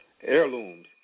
Heirlooms